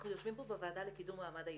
אנחנו יושבים פה בוועדה לקידום מעמד האישה.